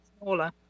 smaller